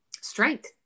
strength